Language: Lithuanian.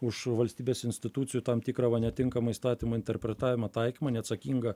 už valstybės institucijų tam tikrą va netinkamą įstatymo interpretavimą taikymą neatsakingą